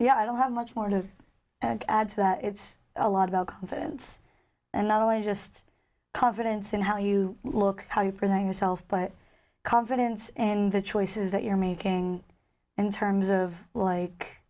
the i don't have much more to add to that it's a lot about confidence and not only just confidence in how you look how you present yourself but confidence and the choices that you're making in terms of like